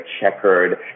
checkered